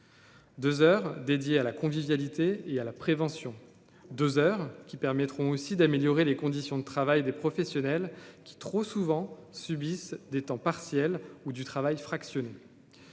2 heures dédiées à la convivialité et à la prévention 2 heures qui permettront aussi d'améliorer les conditions de travail des professionnels qui, trop souvent subissent des temps partiels ou du travail fractionné